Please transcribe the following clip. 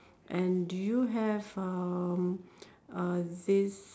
and do you have um uh this